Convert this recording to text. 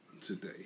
today